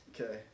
Okay